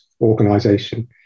organization